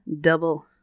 Double